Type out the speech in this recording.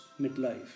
midlife